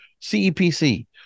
CEPC